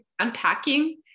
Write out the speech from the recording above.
unpacking